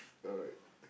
alright